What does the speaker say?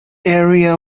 area